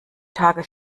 tage